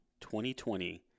2020